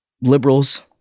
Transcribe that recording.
liberals